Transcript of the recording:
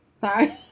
Sorry